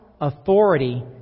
authority